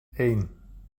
één